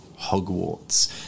Hogwarts